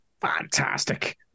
fantastic